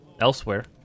elsewhere